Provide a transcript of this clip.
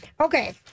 Okay